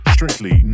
Strictly